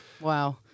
Wow